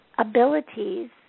abilities